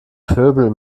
pöbel